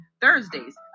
Thursdays